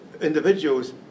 individuals